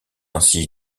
ainsi